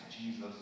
Jesus